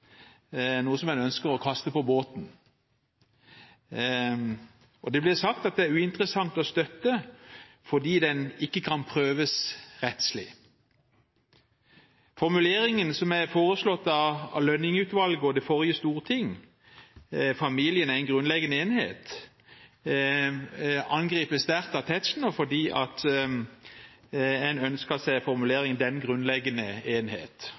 noe som en ønsker å kaste på båten. Det blir sagt at det er uinteressant å støtte fordi den ikke kan prøves rettslig. Formuleringen som er foreslått av Lønning-utvalget og det forrige storting, «familien er en grunnleggende enhet», angripes sterkt av Tetzschner fordi en ønsker seg formuleringen «den grunnleggende enhet».